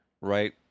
right